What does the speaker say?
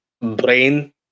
brain